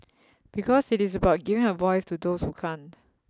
because it is about giving a voice to those you can't